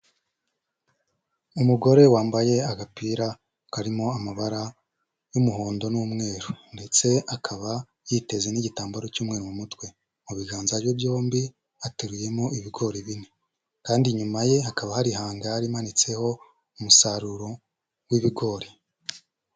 Umugore wambaye agapira karimo amabara y'umuhondo n'umweru ndetse akaba yiteze n'igitambaro cy'umweru mu mutwe, mu biganza bye byombi ateruyemo ibigori bine kandi inyuma ye hakaba hari hangari imanitseho umusaruro w'ibigori.